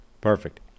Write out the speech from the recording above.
Perfect